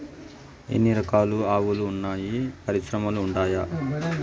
ఎన్ని రకాలు ఆవులు వున్నాయి పరిశ్రమలు ఉండాయా?